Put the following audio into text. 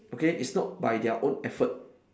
okay it's not by their own effort